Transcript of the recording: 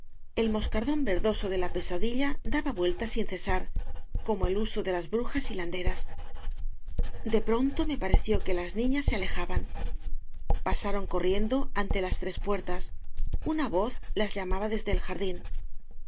el moscardón verdoso de la pesadilla daba vueltas sin cesar como el huso de las brujas hilanderas de pronto me pareció que las niñas se alejaban pasaron corriendo ante las tres puertas una voz las llamaba desde el jardín